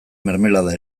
mermelada